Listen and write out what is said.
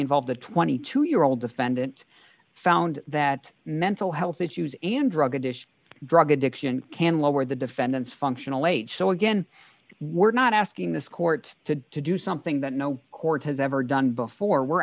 involved a twenty two year old defendant found that mental health issues and drug addition drug addiction can lower the defendant's functional age so again we're not asking this court to do something that no court has ever done before we're